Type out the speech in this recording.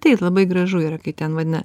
tai labai gražu yra kai ten vadina